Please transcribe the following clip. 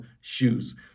shoes